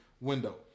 window